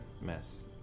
mess